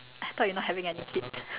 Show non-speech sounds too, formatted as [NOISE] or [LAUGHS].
I thought you not having any kids [LAUGHS]